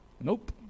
Nope